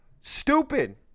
Stupid